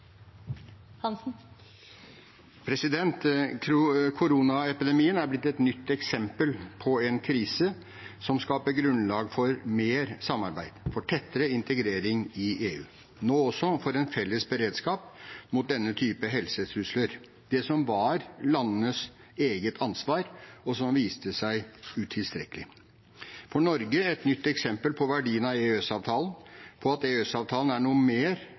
blitt et nytt eksempel på en krise som skaper grunnlag for mer samarbeid og tettere integrering i EU, nå også for en felles beredskap mot denne typen helsetrusler, som var landenes eget ansvar, men som viste seg utilstrekkelig. For Norge er det et nytt eksempel på verdien av EØS-avtalen og på at EØS-avtalen er noe mer